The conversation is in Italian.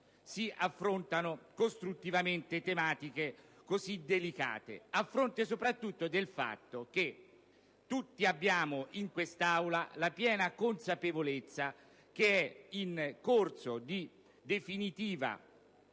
si affrontano costruttivamente tematiche così delicate, a fronte soprattutto del fatto che tutti in Aula abbiamo la piena consapevolezza che è in corso di definitiva